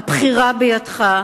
הבחירה בידך,